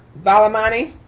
valmani.